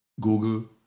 Google